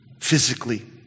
Physically